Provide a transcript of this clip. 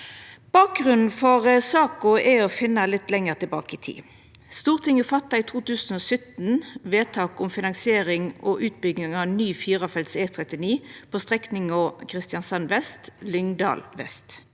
Bakgrunnen for saka er å finna litt lenger tilbake i tid. Stortinget fatta i 2017 vedtak om finansiering og utbygging av ny firefelts E39 på strekninga Kristiansand vest–Lyngdal vest.